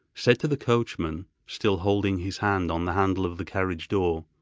said to the coachman, still holding his hand on the handle of the carriage door